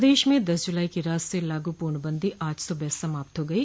प्रदेश में दस जुलाई की रात स लागू पूर्णबंदी आज सुबह समाप्त हो गयी